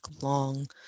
long